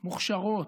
מוכשרות,